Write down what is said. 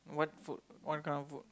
what food what kind of food